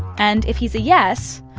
and if he's a yes,